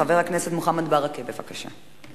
חבר הכנסת מוחמד ברכה, בבקשה.